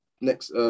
next